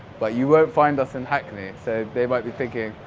but you won't find us in hackney so they might be thinking,